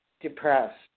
Depressed